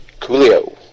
Coolio